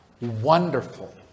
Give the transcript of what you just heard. wonderful